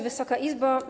Wysoka Izbo!